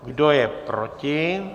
Kdo je proti?